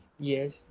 Yes